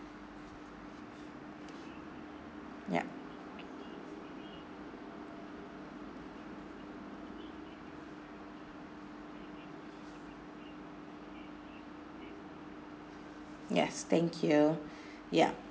yup yes thank you yup